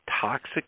Toxic